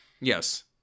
Yes